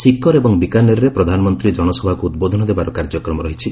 seeker ଏବଂ ବିକାନେର୍ରେ ପ୍ରଧାନମନ୍ତ୍ରୀ ଜନସଭାକୁ ଉଦବୋଧନ ଦେବାର କାର୍ଯ୍ୟକ୍ରମ ରହିଛି